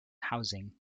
housing